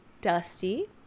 dusty